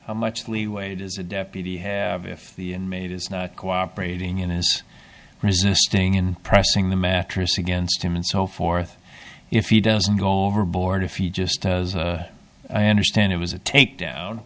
how much leeway does a deputy have if the inmate is not cooperating in his resisting in pressing the mattress against him and so forth if he doesn't go overboard if he just as i understand it was a takedown